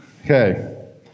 Okay